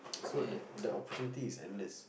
so the the opportunity is endless